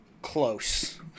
Close